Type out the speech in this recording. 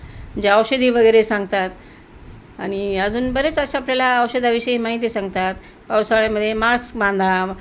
जे औषधी वगैरे सांगतात आणि अजून बरेच असं आपल्याला औषधाविषयी माहिती सांगतात पावसाळ्यामध्ये मास्क बांधा